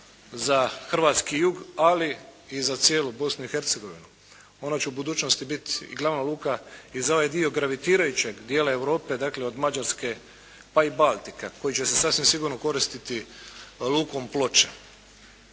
za hrvatski jug, ali i za cijelu Bosnu i Hercegovinu. Ona će u budućnosti biti i glavna luka i za ovaj dio gravitirajućeg dijela Europe. Dakle, od Mađarske pa i Baltika koji će se sasvim sigurno koristiti Lukom Ploče.